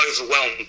overwhelmed